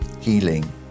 Healing